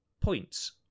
points